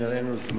אין לנו זמן.